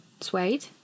suede